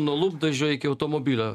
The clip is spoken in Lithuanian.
nuo lūpdažio iki automobilio